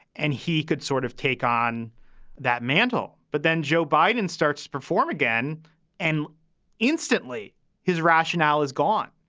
and he could sort of take on that mantle. but then joe biden starts to perform again and instantly his rationale is gone.